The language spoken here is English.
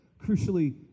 crucially